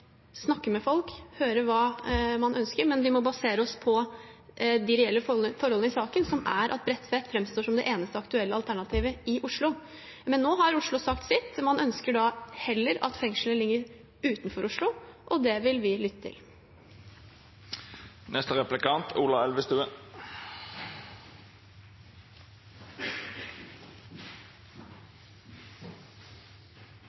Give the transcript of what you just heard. snakke med folk, høre hva man ønsker, men at vi må basere oss på de reelle forholdene i saken, som er at Bredtvet framstår som det eneste aktuelle alternativet i Oslo. Men nå har Oslo sagt sitt. Man ønsker heller at fengselet skal ligge utenfor Oslo, og det vil vi lytte til.